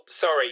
Sorry